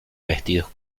vestidos